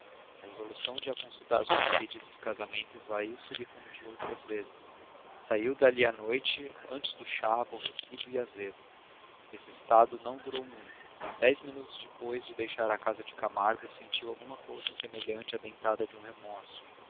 a resolução de a consultar sobre o pedido de casamento esvaiu se lhe como de outras vezes saiu dali à noite antes do chá aborrecido e azedo esse estado não durou muito dez minutos depois de deixar a casa de camargo sentiu alguma coisa semelhante à dentada de um remorso